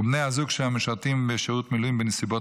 ובני זוגם משרתים בשירות מילואים בנסיבות